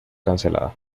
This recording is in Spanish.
cancelada